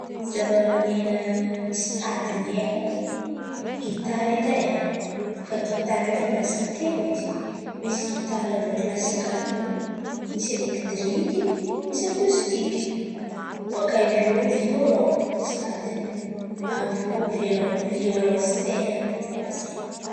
Zava-man̈enà misy tadiny haiko: gitara edy e fa gitara io fa mirasa telo edy. Misy gitaran-drô klasika àby io, misy elektriky, misy akostiky. Bôkà eo violon misy tadiny, avy iô vialon- violonsel àby io koà zain̈y.